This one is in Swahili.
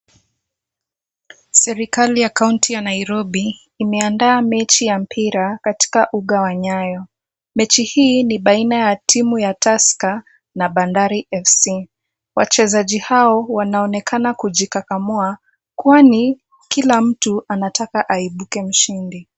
Serikali ya kaunti ya Nairobi, imeandaa mechi ya mpira, katika uga wa nyayo. Mechi hii ni baina ya timu ya Tusker na Bandari FC. Wachezaji hao, wanaonekana kujikakamua, kwani kila mtu, anataka aibuke mshindi.